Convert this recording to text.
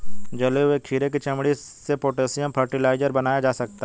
जले हुए खीरे की चमड़ी से पोटेशियम फ़र्टिलाइज़र बनाया जा सकता है